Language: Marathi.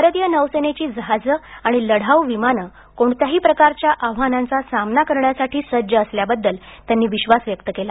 भारतीय नौसेची जहाजं आणि लढाऊ विमानं कोणत्याही प्रकारच्या आव्हानांचा सामना करण्यासाठी सज्ज असल्याबद्दल त्यांनी विश्वास व्यक्त केला